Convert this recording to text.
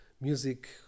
music